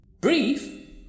Brief